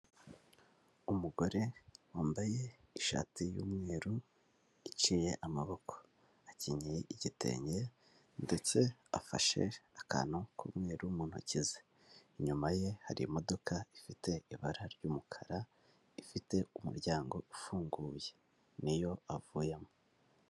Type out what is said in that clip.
Umugore wambaye ishati y'umweru iciye amaboko, akenyeye igitenge ndetse afashe akantu k'umweru mu ntoki ze, inyuma ye hari imodoka ifite ibara ry'umukara, ifite umuryango ufunguye ni yo avuyemo.